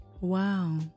Wow